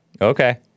Okay